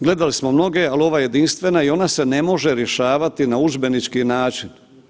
Gledali smo mnoge, al ova je jedinstvena i ona se ne može rješavati na udžbenički način.